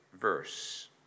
verse